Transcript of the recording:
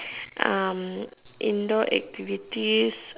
um indoor activities